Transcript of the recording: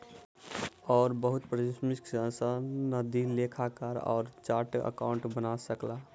ओ बहुत परिश्रम सॅ सनदी लेखाकार वा चार्टर्ड अकाउंटेंट बनि सकला